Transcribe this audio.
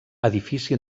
edifici